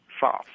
false